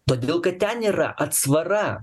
todėl kad ten yra atsvara